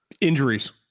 Injuries